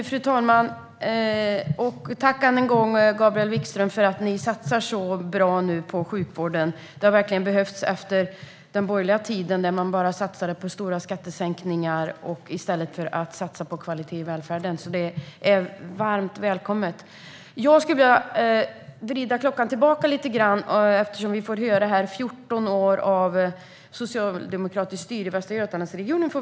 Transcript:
Fru talman! Tack än en gång för att ni satsar så bra på sjukvården nu, Gabriel Wikström! Det behövs verkligen efter den borgerliga tiden, då man bara satsade på stora skattesänkningar i stället för kvalitet i välfärden. Det är alltså varmt välkommet. Jag skulle vilja vrida klockan tillbaka lite grann. Vi fick höra här av moderaten att det hade varit 14 år av socialdemokratiskt styre i Västra Götalandsregionen.